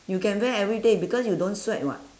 you can wear everyday because you don't sweat [what]